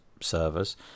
servers